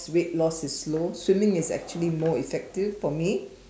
weight loss is slow swimming is actually more effective for me